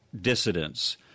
dissidents